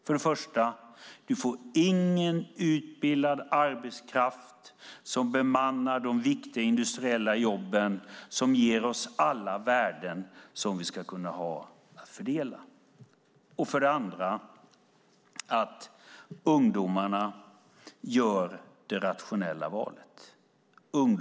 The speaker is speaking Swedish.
För det första: Du får ingen utbildad arbetskraft som bemannar de viktiga industriella jobben som ger oss alla värden som vi ska kunna ha att fördela. För det andra: Ungdomarna gör det rationella valet.